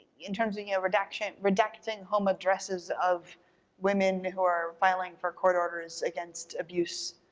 in terms of, you know, redaction, redacting home addresses of women who are filing for court orders against abuse.